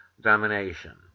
domination